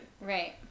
Right